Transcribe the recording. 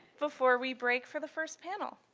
before we break for the first panel.